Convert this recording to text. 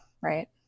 right